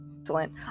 Excellent